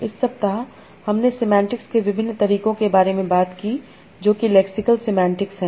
इस सप्ताह हमने सेमांटिक्स के विभिन्न तरीकों के बारे में बात की जो कि लेक्सिकल सेमांटिक्स है